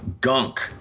gunk